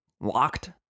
locked